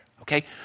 okay